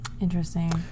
Interesting